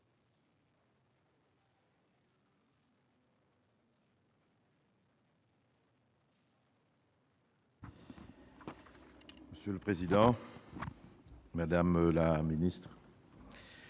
Monsieur le président, madame la ministre,